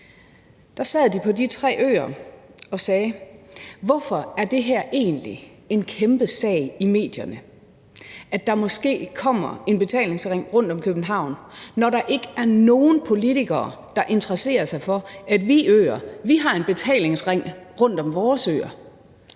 øer sad de og sagde: Hvorfor er det her egentlig en kæmpe sag i medierne, at der måske kommer en betalingsring rundt om København, når der ikke er nogen politikere, der interesserer sig for, at vi på øerne har en betalingsring rundt om vores øer?